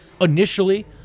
initially